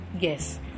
yes